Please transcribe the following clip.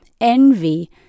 envy